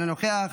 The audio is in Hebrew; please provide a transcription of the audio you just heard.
אינו נוכח,